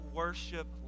worship